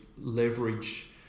leverage